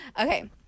Okay